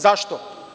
Zašto?